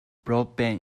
broadband